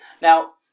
Now